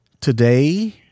today